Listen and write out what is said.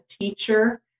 teacher